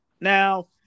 Now